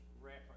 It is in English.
reference